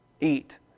Eat